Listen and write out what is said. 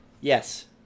yes